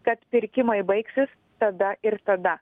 kad pirkimai baigsis tada ir tada